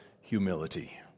humility